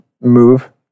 move